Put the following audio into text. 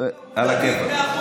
עלא כיפאק.